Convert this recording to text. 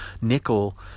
Nickel